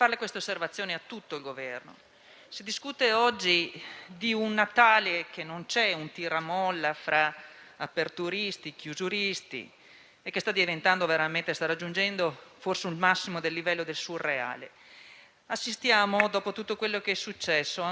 e chiusuristi, che sta raggiungendo forse il massimo livello del surreale. Assistiamo ancora, dopo tutto quello che è successo, a dibattiti interminabili e senza soluzione tra virologi che, in realtà, fino a qualche tempo fa erano ignoti anche ai loro pazienti.